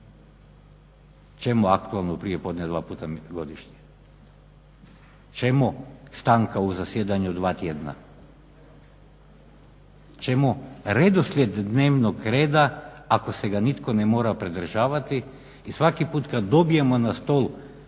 Čemu aktualno prijepodne dva puta godišnje? Čemu stanka u zasjedanju dva tjedna? Čemu redoslijed dnevnog reda ako se ga nitko ne mora pridržavati i svaki put kad dobijemo na stol